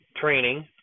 training